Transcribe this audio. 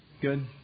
Good